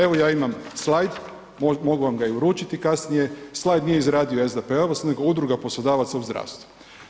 Evo ja imam slajd, mogu vam ga i uručiti kasnije, slajd nije izradio SDP-ovac nego Udruga poslodavaca u zdravstvu.